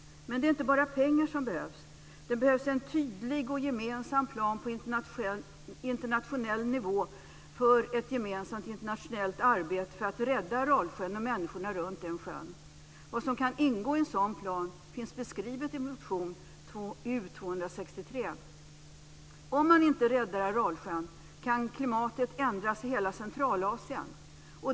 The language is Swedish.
Men det är inte bara pengar som behövs. Det behövs en tydlig och gemensam plan på internationell nivå för ett gemensamt internationellt arbete för att rädda Aralsjön och människorna runt den sjön. Vad som kan ingå i en sådan plan finns beskrivet i motion U263. Om man inte räddar Aralsjön kan klimatet ändras i hela Centralasien.